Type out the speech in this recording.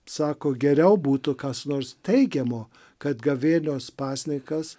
sako geriau būtų kas nors teigiamo kad gavėnios pasninkas